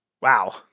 Wow